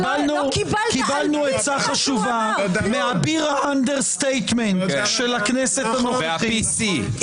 קיבלנו עצה חשובה מאביר האנדרסטייטמנט של הכנסת הנוכחית,